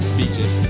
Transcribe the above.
beaches